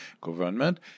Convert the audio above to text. government